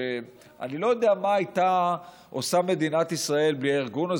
שאני לא יודע מה הייתה עושה מדינת ישראל בלי הארגון הזה,